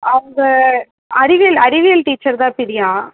அந்த அறிவியல் அறிவியல் டீச்சர் தான் பிரியா